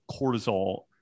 cortisol